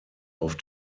auf